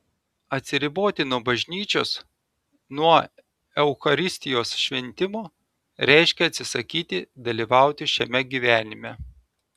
atsiriboti nuo bažnyčios nuo eucharistijos šventimo reiškia atsisakyti dalyvauti šiame gyvenime